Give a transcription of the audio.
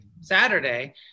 Saturday